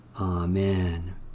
Amen